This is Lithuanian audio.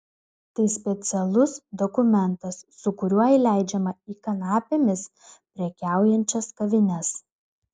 tai specialus dokumentas su kuriuo įleidžiama į kanapėmis prekiaujančias kavines